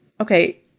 okay